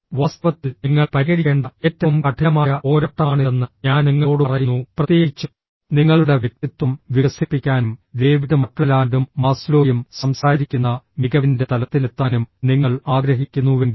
വാസ്തവത്തിൽ നിങ്ങൾ പരിഹരിക്കേണ്ട ഏറ്റവും കഠിനമായ പോരാട്ടമാണിതെന്ന് ഞാൻ നിങ്ങളോട് പറയുന്നു പ്രത്യേകിച്ച് നിങ്ങളുടെ വ്യക്തിത്വം വികസിപ്പിക്കാനും ഡേവിഡ് മക്ലെലാൻഡും മാസ്ലോയും സംസാരിക്കുന്ന മികവിന്റെ തലത്തിലെത്താനും നിങ്ങൾ ആഗ്രഹിക്കുന്നുവെങ്കിൽ